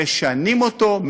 משנים אותו,